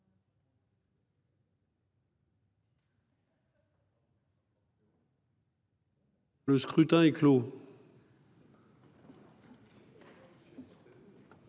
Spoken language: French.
Le scrutin est clos.